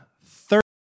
Third